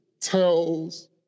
tells